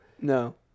No